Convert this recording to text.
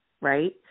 right